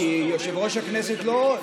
כי יושב-ראש הכנסת לא,